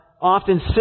often